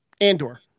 Andor